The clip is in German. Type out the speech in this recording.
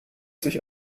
sich